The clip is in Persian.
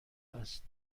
است